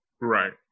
Right